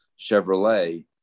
Chevrolet